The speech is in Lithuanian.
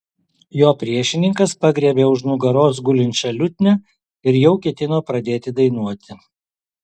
jo priešininkas pagriebė už nugaros gulinčią liutnią ir jau ketino pradėti dainuoti